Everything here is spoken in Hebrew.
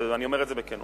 ואני אומר את זה בכנות.